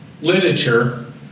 literature